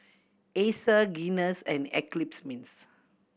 Acer Guinness and Eclipse Mints